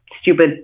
stupid